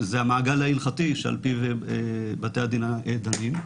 המעגל ההלכתי שעל-פיו בתי הדין דנים.